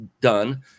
done